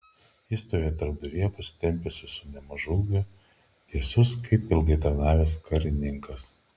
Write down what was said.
jis stovėjo tarpduryje pasitempęs visu nemažu ūgiu tiesus kaip ilgai tarnavęs karininkas